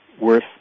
worth